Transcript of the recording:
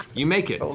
you make it,